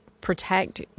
protect